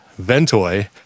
Ventoy